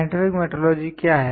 scientific metrology क्या है